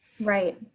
Right